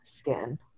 skin